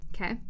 Okay